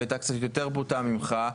שהייתה קצת יותר בוטה ממך.